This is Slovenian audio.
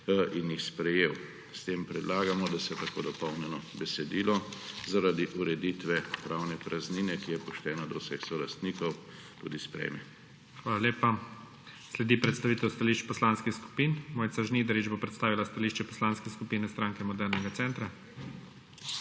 in jih sprejel. S tem predlagamo, da se tako dopolnjeno besedilo zaradi ureditve pravne praznine, ki je poštena do vseh solastnikov, tudi sprejme. **PREDSEDNIK IGOR ZORČIČ:** Hvala lepa. Sledi predstavitev stališč poslanskih skupin. Mojca Žnidarič bo predstavila stališče Poslanske skupine Stranke modernega centra.